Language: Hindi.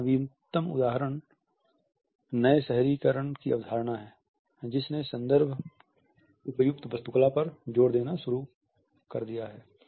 इसका नवीनतम उदाहरण नए शहरी कारण की अवधारणा है जिसने संदर्भ उपयुक्त वास्तुकला पर जोर देना शुरू कर दिया है